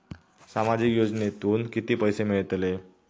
सामाजिक योजनेतून किती पैसे मिळतले?